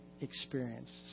experience